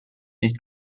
nicht